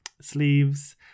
sleeves